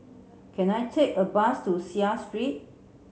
can I take a bus to Seah Street